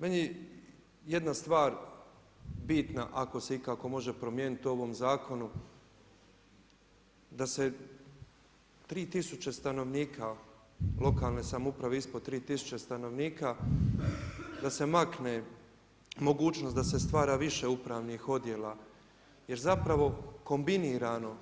Meni je jedna stvar bitna ako se ikako može promijeniti u ovom zakonu, da se tri tisuće stanovnika lokalne samouprave ispod tri tisuće stanovnika da se makne mogućnost da se stvara više upravnih odjela, jer zapravo kombinirano